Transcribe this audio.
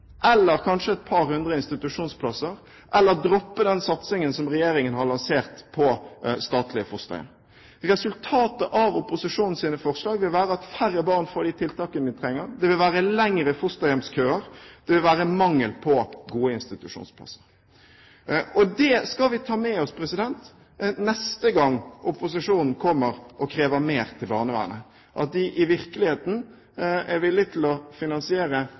eller kanskje et par hundre institusjonsplasser, eller droppe den satsingen som regjeringen har lansert på statlige fosterhjem. Resultatet av opposisjonens forslag vil være at færre barn får de tiltakene de trenger, det vil være lengre fosterhjemskøer, det vil være mangel på gode institusjonsplasser. Vi skal ta med oss neste gang opposisjonen kommer og krever mer til barnevernet, at de i virkeligheten er villig til å finansiere